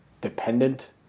dependent